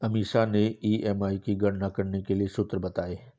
अमीषा ने ई.एम.आई की गणना करने के लिए सूत्र बताए